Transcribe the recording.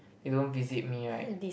they don't visit me right